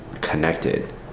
connected